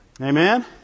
Amen